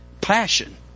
passion